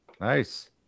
Nice